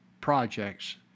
projects